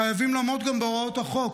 חייבים גם לעמוד בהוראות החוק.